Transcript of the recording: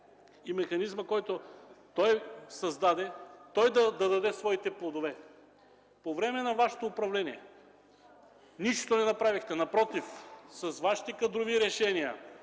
и механизма, който той създаде, да даде своите плодове по време на Вашето управление? Нищо не направихте. Напротив, с Вашите кадрови решения,